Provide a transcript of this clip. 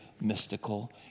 mystical